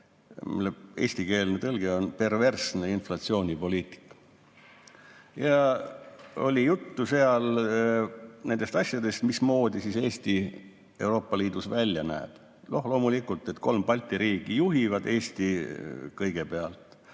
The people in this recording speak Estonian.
eestikeelne tõlge on "Perversne inflatsioonipoliitika". Ja seal oli juttu nendest asjadest, mismoodi siis Eesti Euroopa Liidus välja näeb. Loomulikult, et kolm Balti riiki juhivad, Eesti kõigepealt